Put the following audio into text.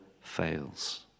fails